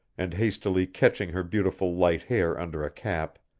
and hastily catching her beautiful light hair under a cap,